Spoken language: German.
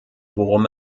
worum